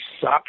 suck